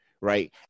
right